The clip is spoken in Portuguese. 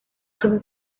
sobre